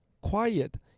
Quiet